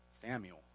Samuel